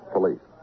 Police